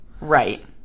right